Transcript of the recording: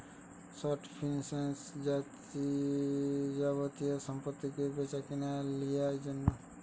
short finance যাবতীয় সম্পত্তিকে বেচেকিনে লিয়ার জন্যে